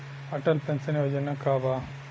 Atal pension Yojana का बा?